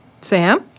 Sam